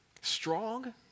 strong